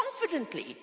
confidently